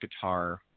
guitar